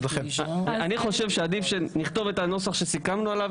אני חושב שעדיף שנכתוב את הנוסח שסיכמנו עליו